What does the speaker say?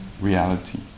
reality